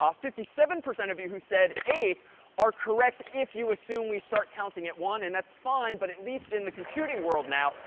um fifty seven percent of you who said eight are correct if you assume we start counting at one, and that's fine. but at least in the computing world now,